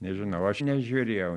nežinau aš nežiūrėjau